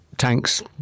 tanks